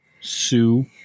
Sue